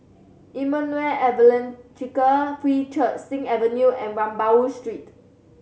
Emmanuel Evangelical Free Church Sing Avenue and Rambau Street